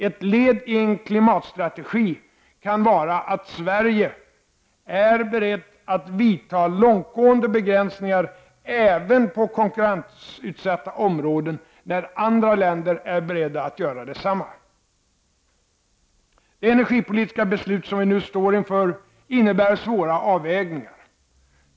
Ett led i en klimatstrategi kan vara att Sverige är berett att vidta långtgående begränsningar även på konkurrensutsatta områden när andra länder är beredda att göra detsamma. Det energipolitiska beslut som vi nu står inför innebär svåra avvägningar.